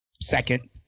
second